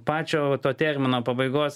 pačio to termino pabaigos